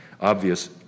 obvious